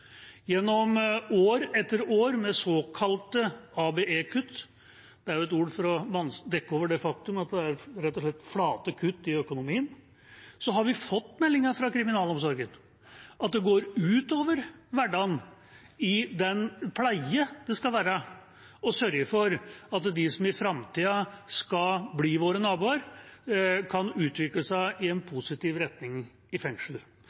Gjennom år etter år med såkalte ABE-kutt – et ord for å dekke over det faktum at det rett og slett er flate kutt i økonomien – har vi fått meldinger fra kriminalomsorgen om at det går ut over hverdagen i form av den pleien som skal sørge for at de som i framtida skal bli våre naboer, kan utvikle seg i en